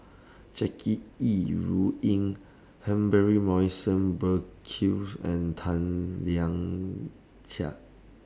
Jackie Yi Ru Ying Humphrey Morrison Burkill's and Tan Lian Chye